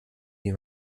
wie